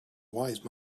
wise